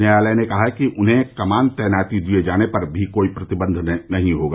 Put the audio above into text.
न्यायालय ने कहा कि उन्हें कमान तैनाती दिये जाने पर भी कोई प्रतिबंध नहीं होगा